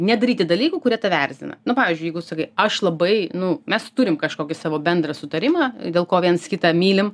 nedaryti dalykų kurie tave erzina nu pavyzdžiui jeigu sakai aš labai nu mes turim kažkokį savo bendrą sutarimą dėl ko viens kitą mylim